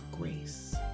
grace